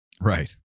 right